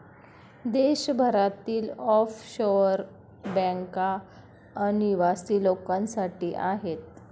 देशभरातील ऑफशोअर बँका अनिवासी लोकांसाठी आहेत